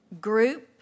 group